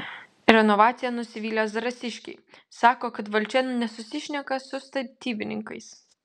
renovacija nusivylę zarasiškiai sako kad valdžia nesusišneka su statybininkais